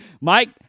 Mike